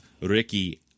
Ricky